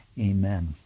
Amen